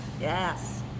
Yes